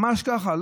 ממש ככה.